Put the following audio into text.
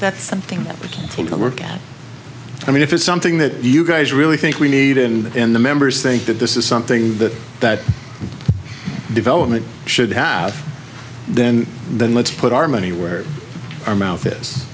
that's something that will not work i mean if it's something that you guys really think we need in the members think that this is something that that development should have then then let's put our money where our mouth is